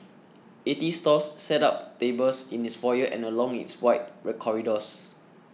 eighty stalls set up tables in its foyer and along its wide corridors